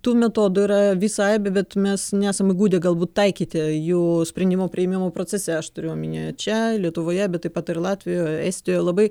tų metodų yra visai bet mes nesam įgudę galbūt taikyti jų sprendimo priėmimo procese aš turiu omeny čia lietuvoje bet taip pat ir latvijoj estijoj labai